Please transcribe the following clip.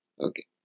Okay